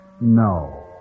no